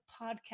podcast